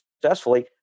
successfully